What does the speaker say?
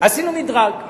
עשינו מדרג.